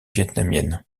vietnamienne